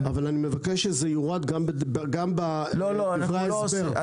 אבל אני מבקש שזה יורד גם בדברי ההסבר.